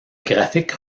graphique